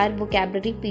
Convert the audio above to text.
vocabulary